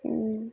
হুম